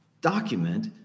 document